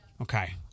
Okay